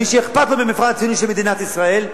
ומי שאכפת לו מהמפעל הציוני של מדינת ישראל,